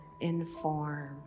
inform